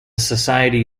society